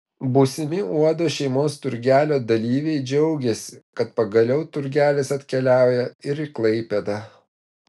būsimi uodo šeimos turgelio dalyviai džiaugiasi kad pagaliau turgelis atkeliauja ir į klaipėdą